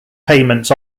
payments